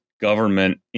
government